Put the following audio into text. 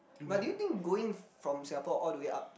but do you think going from Singapore all the way up to